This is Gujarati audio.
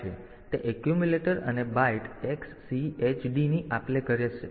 તેથી તે એક્યુમ્યુલેટર અને બાઈટ અને XCHD ની આપલે કરશે